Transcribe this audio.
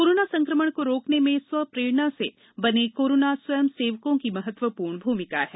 corona संक्रमण को रोकने में स्व प्रेरणा से बने कोरोना स्वयं सेवकों की महत्वपूर्ण भूमिका है